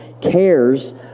cares